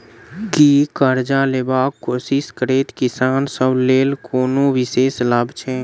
की करजा लेबाक कोशिश करैत किसान सब लेल कोनो विशेष लाभ छै?